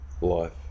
life